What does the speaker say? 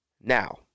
Now